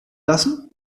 lassen